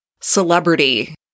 celebrity